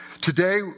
Today